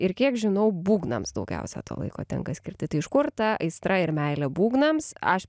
ir kiek žinau būgnams daugiausia laiko tenka skirti tai iš kur ta aistra ir meilė būgnams aš